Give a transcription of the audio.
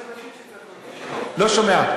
יש אנשים שצריך, לא שומע.